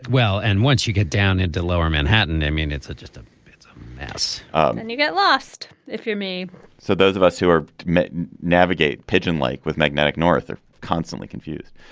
well, and once you get down into lower manhattan, i mean, it's just a mess and you get lost if you're me so those of us who are mit navigate pigeon like with magnetic north are constantly confused.